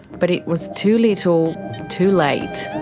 but it was too little too late.